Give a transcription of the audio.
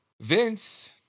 vince